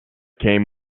came